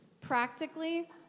practically